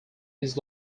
his